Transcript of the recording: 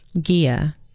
Gia